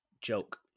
joke